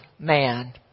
Man